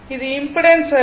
அது இம்பிடன்ஸ் அல்ல